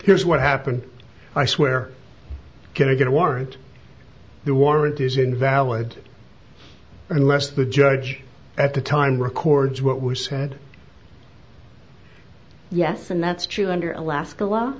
here's what happened i swear can i get a warrant the warrant is invalid unless the judge at the time records what was said yes and that's true under alaska law